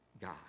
god